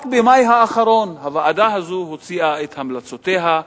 רק במאי האחרון הוועדה הזאת הוציאה את המלצותיה,